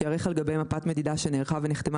שייערך על גבי מפת מדידה שנערכה ונחתמה